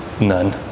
None